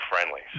friendly